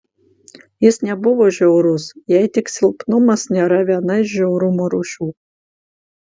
jis nebuvo žiaurus jei tik silpnumas nėra viena iš žiaurumo rūšių